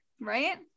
right